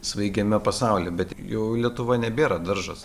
svaigiame pasaulyje bet jau lietuva nebėra daržas